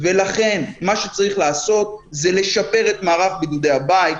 לכן מה שצריך לעשות זה לשפר את מערך בידודי הבית,